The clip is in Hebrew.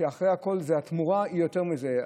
שאחרי הכול התמורה היא יותר מזה.